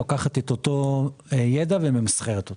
לוקחת את אותו ידע וממסחרת אותו.